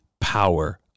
power